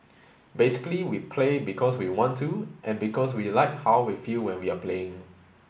basically we play because we want to and because we like how we feel when we are playing